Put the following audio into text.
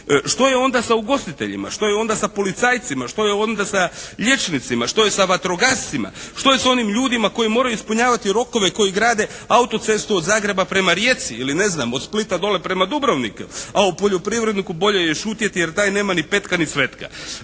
Što je onda sa ugostiteljima? Što je onda sa policajcima? Što je onda sa liječnicima? Što je sa vatrogascima? Što je s onim ljudima koji moraju ispunjavati rokove koji grade auto-cestu od Zagreba prema Rijeci? Ili ne znam od Splita dole prema Dubrovniku. A o poljoprivredniku bolje je šutjeti jer taj nema ni petka ni svetka.